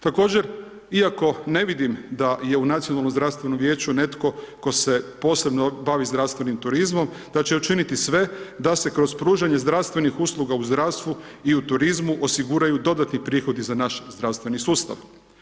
Također iako ne vidim da je u Nacionalnom zdravstvenom vijeću netko tko se posebno bavi zdravstvenim turizmom da će učiniti sve da se kroz pružanje zdravstvenih usluga u zdravstvu i u turizmu osiguraju dodatni prihodi za naš zdravstveni sustav.